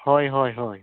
ᱦᱳᱭ ᱦᱳᱭ ᱦᱳᱭ